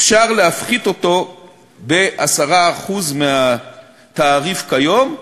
אפשר להפחית אותו ב-10% מהתעריף כיום,